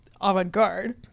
avant-garde